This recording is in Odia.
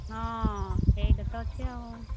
ହଁ ସେଇଠି ତ ଅଛି ଆଉ